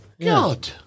God